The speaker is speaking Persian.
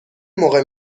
موقع